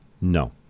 No